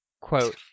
Quote